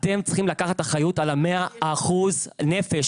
אתם צריכים לקחת אחריות על ה-100% נפש,